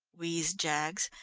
wheezed jaggs,